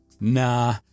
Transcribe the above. Nah